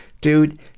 dude